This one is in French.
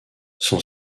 son